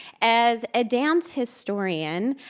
as a dance historian,